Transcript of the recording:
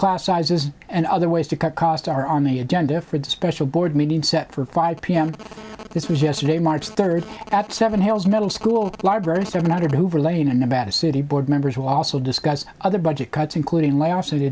class sizes and other ways to cut costs are on the agenda for the special board meeting set for five p m this was yesterday march third at seven hills middle school library seven hundred hoover lane in nevada city board members will also discuss other budget cuts including layoffs of the